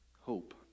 hope